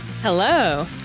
Hello